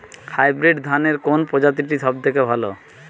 Hybrid ধানের কোন প্রজীতিটি সবথেকে ভালো?